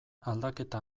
aldaketa